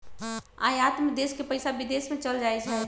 आयात में देश के पइसा विदेश में चल जाइ छइ